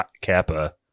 Kappa